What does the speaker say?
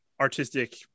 artistic